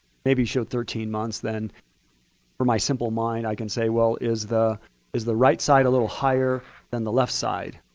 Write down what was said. maybe show thirteen months. then for my simple mind i can say, well, is the is the right side a little higher than the left side